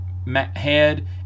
head